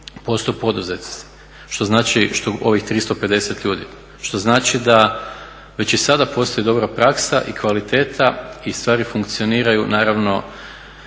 a 48% poduzetnici, ovih 350 ljudi. Što znači da već i sada postoji dobra praksa i kvaliteta i stvari funkcioniraju naravno